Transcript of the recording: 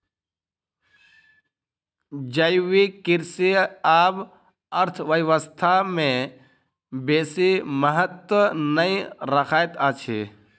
जैविक कृषि आब अर्थव्यवस्था में बेसी महत्त्व नै रखैत अछि